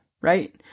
right